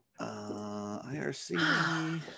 IRC